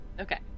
Okay